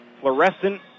fluorescent